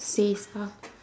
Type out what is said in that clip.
says stuff